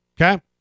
okay